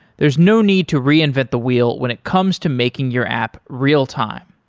there's no need to reinvent the wheel when it comes to making your app real-time.